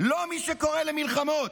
לא מי שקורא למלחמות,